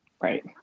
right